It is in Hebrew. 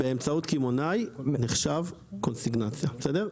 באמצעות קמעונאי נחשב קונסיגנציה בסדר?